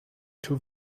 too